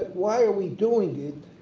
why are we doing it